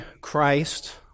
Christ